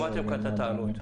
שמעתם כבר את הטענות.